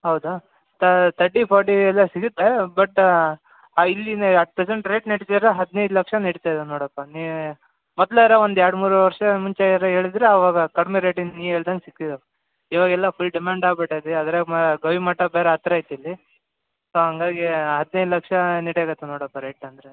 ಹೌದಾ thirty forty ಎಲ್ಲ ಸಿಗುತ್ತೆ ಬಟ್ ಆ ಇಲ್ಲಿನ ಎಟ್ ಪ್ರೆಸೆಂಟ್ ರೇಟ್ ನಡಿತಿರೋ ಹದಿನೈದು ಲಕ್ಷ ನಡಿತಾಯಿದೆ ನೋಡಪ್ಪ ನೀ ಮೊದ್ಲಾದ್ರೆ ಒಂದು ಎರಡು ಮೂರು ವರ್ಷ ಮುಂಚೆ ಆರೆ ಹೇಳಿದ್ದರೆ ಆವಾಗ ಕಡಿಮೆ ರೇಟಿಂದು ನೀನು ಹೇಳ್ದಂಗೆ ಸಿಕ್ಕಿರೋದ್ ಇವಾಗೆಲ್ಲ ಫುಲ್ ಡಿಮಾಂಡ್ ಆಗ್ಬಿಟೈತಿ ಅದರಾಗ ಮ ಗವಿಮಠ ಬೇರೆ ಹತ್ತಿರ ಐತೆ ಇಲ್ಲಿ ಸೊ ಹಾಗಾಗಿ ಹದಿನೈದು ಲಕ್ಷ ನೋಡಪ್ಪ ರೇಟ್ ಅಂದರೆ